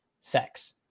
sex